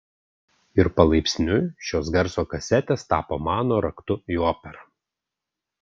ir palaipsniui šios garso kasetės tapo mano raktu į operą